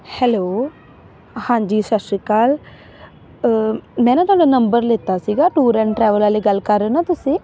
hello ਹਾਂਜੀ ਸਤਿ ਸ਼੍ਰੀ ਅਕਾਲ ਮੈਂ ਨਾ ਤੁਹਾਡਾ ਨੰਬਰ ਲਿੱਤਾ ਸੀਗਾ ਟੂਰ ਐਂਡ ਟਰੈਵਲ ਵਾਲੇ ਗੱਲ ਕਰ ਰਹੇ ਨਾ ਤੁਸੀਂ